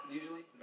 usually